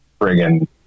friggin